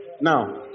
Now